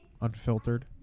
unfiltered